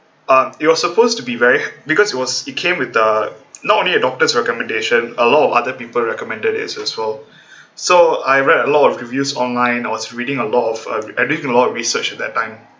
uh it was supposed to be very because it was it came with the not only a doctor's recommendation a lot of other people recommended this as well so I read a lot of reviews online I was reading a lot of uh I did a lot of research that time